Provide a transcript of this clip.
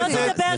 אתה לא תדבר כך.